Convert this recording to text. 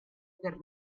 per